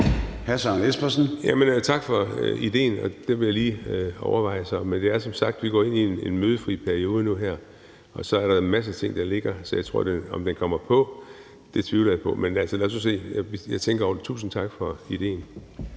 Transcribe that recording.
Tak for idéen, og det vil jeg lige overveje. Vi går som sagt ind i en mødefri periode nu her, og så er der en masse ting, der ligger. Så om det kommer på, tvivler jeg på, men lad os nu se. Jeg tænker over det. Tusind tak for idéen.